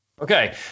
Okay